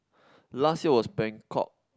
last year was Bangkok